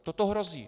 Toto hrozí.